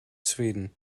sweden